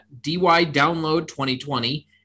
DYDownload2020